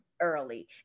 early